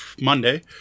Monday